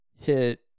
hit